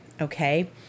okay